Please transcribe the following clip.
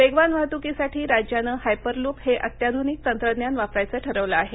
वेगवान वाहतुकीसाठी राज्याने हायपर लूप हे अत्याधुनिक तंत्रज्ञान वापरायचं ठरवलं आहे